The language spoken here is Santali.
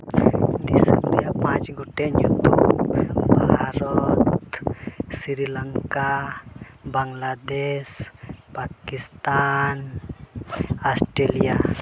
ᱫᱤᱥᱚᱢ ᱨᱮᱭᱟᱜ ᱯᱟᱸᱪ ᱜᱚᱴᱮᱡ ᱧᱩᱛᱩᱢ ᱵᱷᱟᱨᱚᱛ ᱥᱨᱤᱞᱚᱝᱠᱟ ᱵᱟᱝᱞᱟᱫᱮᱥ ᱯᱟᱠᱤᱥᱛᱟᱱ ᱚᱥᱴᱨᱮᱞᱤᱭᱟ